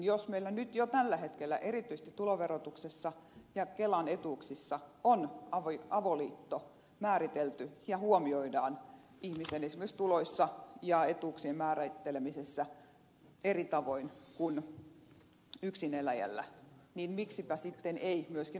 jos meillä jo tällä hetkellä erityisesti tuloverotuksessa ja kelan etuuksissa on avoliitto määritelty ja se huomioidaan esimerkiksi ihmisen tuloissa ja etuuksien määrittelemisessä eri tavoin kuin yksineläjällä niin miksipä sitten ei myöskin omaisuuden jakamisessa